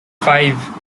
five